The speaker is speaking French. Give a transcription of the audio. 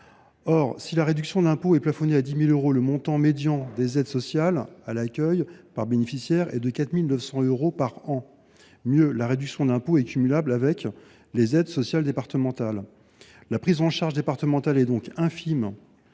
Or, si la réduction d’impôt est plafonnée à 10 000 euros, le montant médian des aides sociales à l’accueil par bénéficiaire s’élève à 4 900 euros par an. En outre, la réduction d’impôt est cumulable avec les aides sociales départementales. Le montant de la prise en charge des départements est donc infime